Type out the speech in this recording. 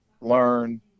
learn